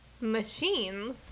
machines